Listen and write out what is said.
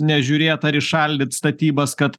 nežiūrėt ar įšaldyt statybas kad